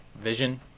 Vision